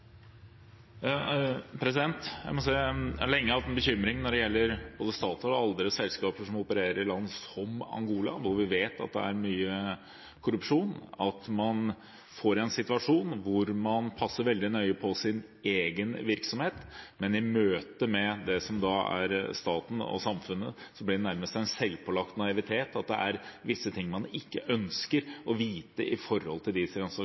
Jeg må si at jeg lenge har hatt en bekymring når det gjelder Statoil og andre selskaper som opererer i land som Angola, hvor vi vet at det er mye korrupsjon, for at man får en situasjon hvor man passer veldig nøye på sin egen virksomhet, men i møte med staten og samfunnet blir det nærmest en selvpålagt naivitet – det er visse ting man ikke ønsker